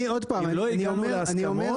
אם לא הגענו להסכמות,